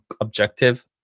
objective